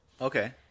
Okay